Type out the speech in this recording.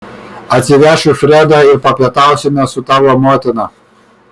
atsivešiu fredą ir papietausime su tavo motina